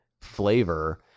flavor